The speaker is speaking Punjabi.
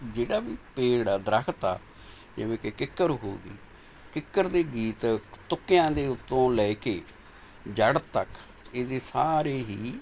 ਜਿਹੜਾ ਵੀ ਪੇੜ ਹੈ ਦਰੱਖਤ ਆ ਜਿਵੇਂ ਕਿ ਕਿੱਕਰ ਹੋ ਗਈ ਕਿੱਕਰ ਦੇ ਗੀਤ ਤੁੱਕਿਆਂ ਦੇ ਉੱਤੋਂ ਲੈ ਕੇ ਜੜ੍ਹ ਤੱਕ ਇਹਦੇ ਸਾਰੇ ਹੀ